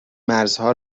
مرزها